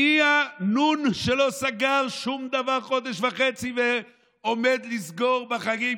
מי הנ' שלא סגר שום דבר חודש וחצי ועומד לסגור בחגים,